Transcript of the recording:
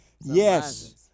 Yes